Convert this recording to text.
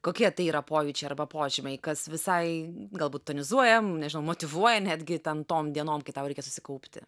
kokie tai yra pojūčiai arba požymiai kas visai galbūt tonizuojam nežinau motyvuoja netgi tem tom dienom kai tau reikia susikaupti